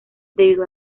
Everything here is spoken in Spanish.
debido